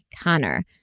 Connor